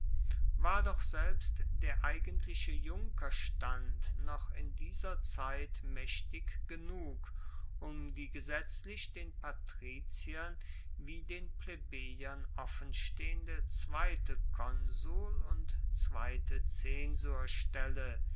war doch selbst der eigentliche junkerstand noch in dieser zeit maechtig genug um die gesetzlich den patriziern wie den plebejern offenstehende zweite konsul und zweite